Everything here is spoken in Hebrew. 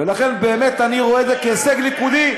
אני רואה את זה כהישג ליכודי,